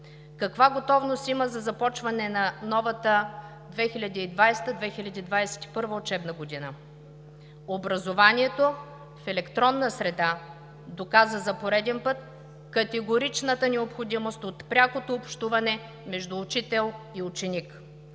каква готовност има за започване на новата 2020 – 2021 учебна година? Образованието в електронна среда доказа за пореден път категоричната необходимост от прякото общуване между учител и ученик,